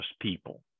people